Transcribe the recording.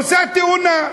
עושה תאונה,